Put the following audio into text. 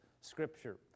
scripture